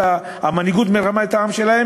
המנהיגות מרמה את העם שלה,